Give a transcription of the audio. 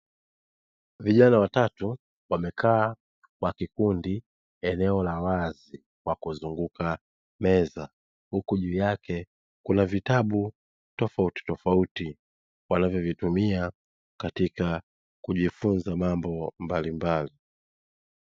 Vijana watatu wamekaa kwa kikundi eneo la wazi kwa kuzunguka meza, huku juu yake kuna vitabu tofautitofauti wanavyovitumia katika kujifunza mambo mbalimbali.